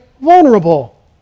vulnerable